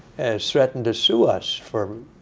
has threatened to sue us for